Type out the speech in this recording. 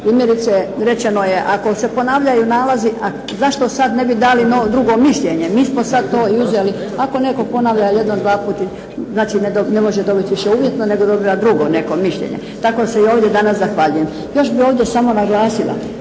Primjerice rečeno je ako se ponavljaju nalazi, zašto sada ne bi dali drugo mišljenje, mi smo sada to uzeli, ako netko ponavlja, znači ne može više dobiti uvjetno nego dobiva drugo mišljenje. Tako da se ovdje danas zahvaljujem. Još bih ovdje danas naglasila